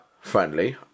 Friendly